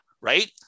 right